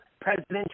presidential